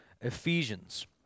Ephesians